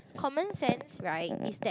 common sense right is that